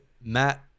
Matt